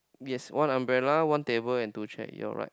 yes one umbrella one table and two chair you're right